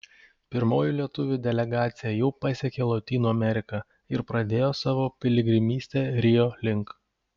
pirmoji lietuvių delegacija jau pasiekė lotynų ameriką ir pradėjo savo piligrimystę rio link